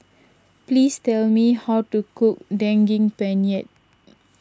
please tell me how to cook Daging Penyet